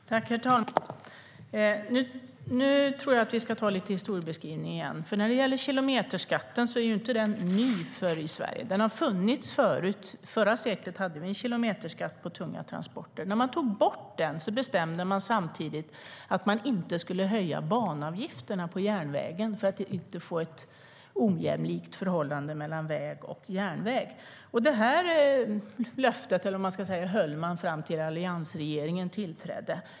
Herr talman! Nu tror jag att vi ska göra en liten historiebeskrivning igen. När det gäller kilometerskatten är den inte ny för Sverige. Den har funnits tidigare. Förra seklet hade vi en kilometerskatt på tunga transporter. När den togs bort bestämdes samtidigt att man inte skulle höja banavgifterna på järnvägen för att inte få ett ojämlikt förhållande mellan väg och järnväg. Det löftet, eller vad jag ska kalla det, hölls till dess att alliansregeringen tillträdde.